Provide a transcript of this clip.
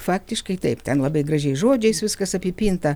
faktiškai taip ten labai gražiais žodžiais viskas apipinta